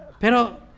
Pero